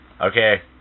okay